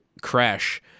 crash